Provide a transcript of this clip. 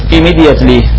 Immediately